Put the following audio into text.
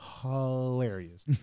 hilarious